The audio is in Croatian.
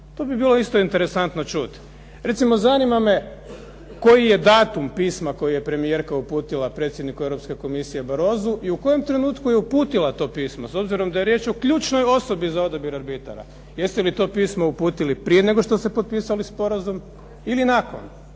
To bi bilo isto interesantno čuti. Recimo zanima me koji je datum pisma koji je premijerka uputila predsjedniku Europske komisije Barrosu i u kojem trenutku je uputila to pismo s obzirom da je riječ o ključnoj osobi za odabir arbitara? Jeste li to pismo uputili prije nego što ste potpisali sporazum ili nakon?